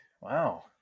Wow